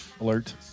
alert